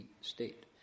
state